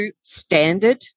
standard